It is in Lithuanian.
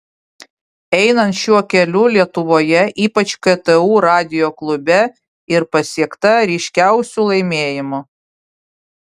einant šiuo keliu lietuvoje ypač ktu radijo klube ir pasiekta ryškiausių laimėjimų